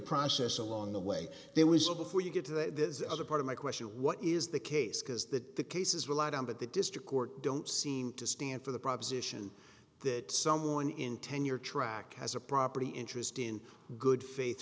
process along the way there was a before you get to the other part of my question what is the case because the cases relied on that the district court don't seem to stand for the proposition that someone in tenure track has a property interest in good faith